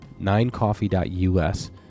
Ninecoffee.us